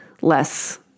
less